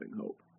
hope